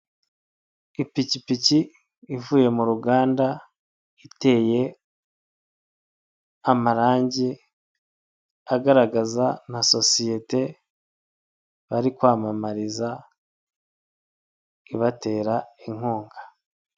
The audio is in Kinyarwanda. Ipikipiki ivuye mu ruganda iteye amarangi agaragaza na sosiyete bari kwamamariza ibatera inkunga.